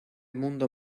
mundo